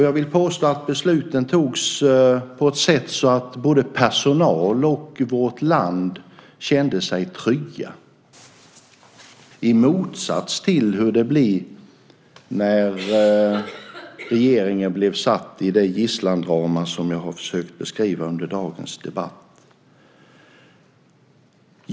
Jag vill påstå att besluten togs på ett sätt som gjorde att både personal och vårt land kände sig trygga i motsats till hur det blev när regeringen blev satt i det gisslandrama som jag har försökt beskriva under dagens debatt.